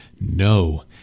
No